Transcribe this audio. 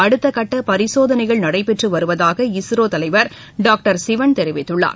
அடுத்தக்கட்ட பரிசோதனைகள் நடைபெற்று வருவதாக இஸ்ரோ தலைவர் டாக்டர் சிவன் தெரிவித்துள்ளார்